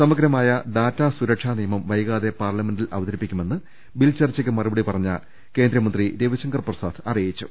സമഗ്രമായ ഡാറ്റാ സുരക്ഷാ നിയമം വൈകാതെ പാർലമെന്റിൽ അവതരിപ്പിക്കുമെന്ന് ബിൽ ചർച്ചക്ക് മറുപടി പറഞ്ഞ കേന്ദ്രമന്ത്രി രവിശങ്കർ പ്രസാദ് അറിയിച്ചു